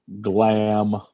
glam